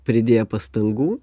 pridėję pastangų